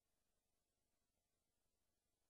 אז בדיוק כשיצביע לך עשר דקות, כשיגיד לך סגן